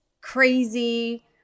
crazy